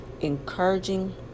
encouraging